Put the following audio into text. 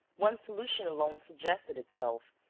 one solution alone suggested itself,